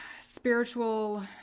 spiritual